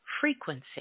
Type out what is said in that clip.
frequency